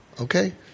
Okay